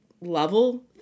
level